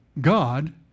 God